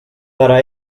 para